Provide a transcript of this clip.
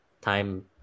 Time